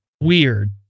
Weird